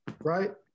Right